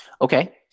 Okay